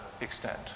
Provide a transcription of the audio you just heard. extent